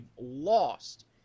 lost